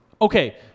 Okay